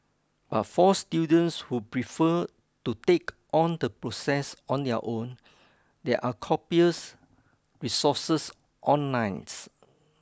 but for students who prefer to take on the process on their own there are copious resources onlines